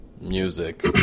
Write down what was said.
music